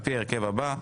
על פי ההרכב הבא: